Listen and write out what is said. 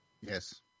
Yes